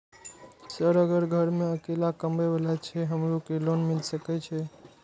Sir अगर घर में अकेला कमबे वाला छे हमरो के लोन मिल सके छे?